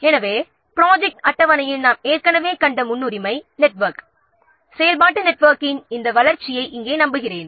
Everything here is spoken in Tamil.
எனவே ப்ராஜெக்ட் அட்டவணையில் நாம் ஏற்கனவே கண்ட முன்னுரிமை நெட்வொர்க் அதாவது இந்த செயல்பாட்டு நெட்வொர்க்கின் வளர்ச்சியை இங்கே நாம் நம்புகிறோம்